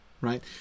Right